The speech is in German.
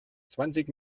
zwanzig